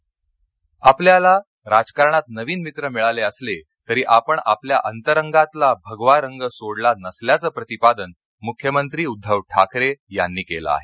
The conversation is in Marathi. उद्दव ठाकरे आपल्याला राजकारणात नवीन मित्र मिळाले असले तरी आपण आपल्या अंतरंगातला भगवा रंग सोडला नसल्याचं प्रतिपादन मुख्यमंत्री उद्दव ठाकरे यांनी केलं आहे